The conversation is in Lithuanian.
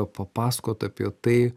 papasakot apie tai